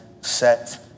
set